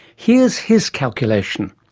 here's his calculation.